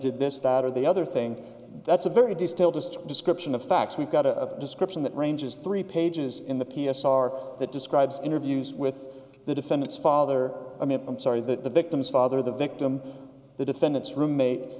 did this that or the other thing that's a very distilled just description of facts we've got a description that ranges three pages in the p s r that describes interviews with the defendants father i mean i'm sorry that the victim's father the victim the defendant's roommate